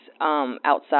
Outside